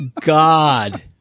God